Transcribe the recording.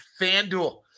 FanDuel